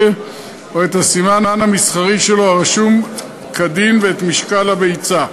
או את הסימן המסחרי שלו הרשום כדין ואת משקל הביצה.